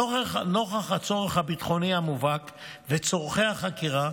נוכח הצורך הביטחוני המובהק וצורכי החקירה,